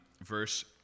verse